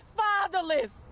fatherless